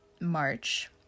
march